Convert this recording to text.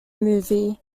movie